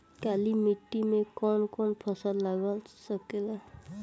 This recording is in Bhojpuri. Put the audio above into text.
काली मिट्टी मे कौन कौन फसल लाग सकेला?